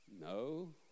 no